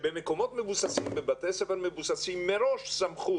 היא אומרת שבבתי ספר מבוססים סמכו